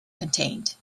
contained